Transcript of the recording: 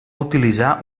utilitzar